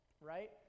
right